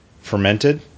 fermented